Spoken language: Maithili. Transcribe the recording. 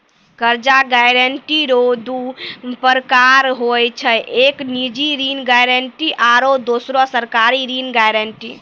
कर्जा गारंटी रो दू परकार हुवै छै एक निजी ऋण गारंटी आरो दुसरो सरकारी ऋण गारंटी